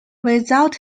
without